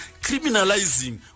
criminalizing